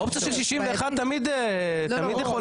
האופציה של 61 תמיד יכולה.